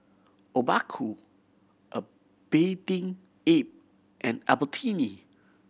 Obaku A Bathing Ape and Albertini